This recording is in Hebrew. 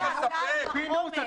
--- פינדרוס,